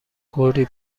کردی